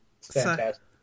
Fantastic